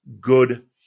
good